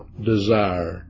desire